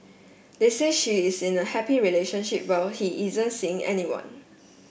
they said she is in a happy relationship while he isn't seeing anyone